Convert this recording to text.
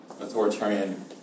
authoritarian